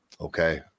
Okay